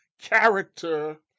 character